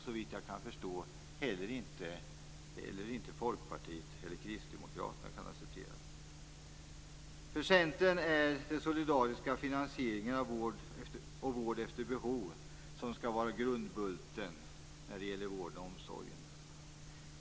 Såvitt jag förstår kan inte heller Folkpartiet eller Kristdemokraterna acceptera det. För Centern är det den solidariska finansieringen och detta med vård efter behov som skall vara grundbulten när det gäller vården och omsorgen.